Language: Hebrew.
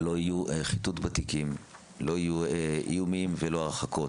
לא יהיה חיטוט בתיקים, לא יהיו איומים והרחקות.